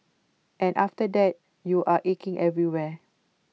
and after that you're aching everywhere